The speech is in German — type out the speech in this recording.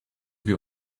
wir